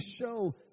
show